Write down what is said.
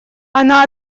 она